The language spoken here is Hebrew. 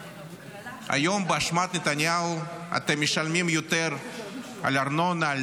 באשמת נתניהו אתם משלמים היום יותר על ארנונה,